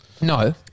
No